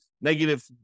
negative